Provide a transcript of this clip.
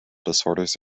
disorders